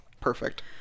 perfect